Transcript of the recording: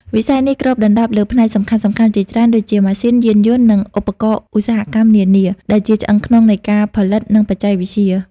វិស័យនេះគ្របដណ្ដប់លើផ្នែកសំខាន់ៗជាច្រើនដូចជា ម៉ាស៊ីន យានយន្ត និងឧបករណ៍ឧស្សាហកម្ម នានា ដែលជាឆ្អឹងខ្នងនៃការផលិត និងបច្ចេកវិទ្យា។